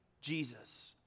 Jesus